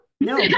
No